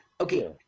Okay